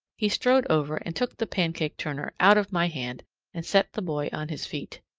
he strode over and took the pancake turner out of my hand and set the boy on his feet.